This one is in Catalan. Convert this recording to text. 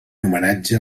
homenatge